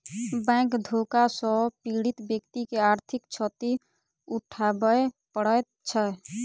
bank धोखा सॅ पीड़ित व्यक्ति के आर्थिक क्षति उठाबय पड़ैत छै